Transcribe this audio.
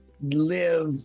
live